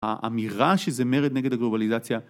האמירה שזה מרד נגד הגלובליזציה